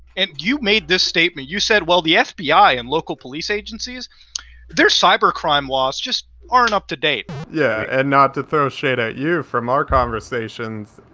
and you made this statement, you said, well, the fbi and local police agencies their cyber crime laws just aren't up to date. yeah, and not to throw shade at you from our conversations,